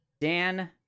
Dan